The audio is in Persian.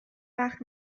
وقت